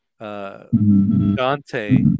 Dante